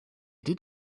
did